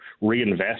reinvest